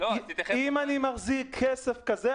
אם אני מחזיק כסף כזה,